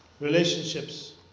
relationships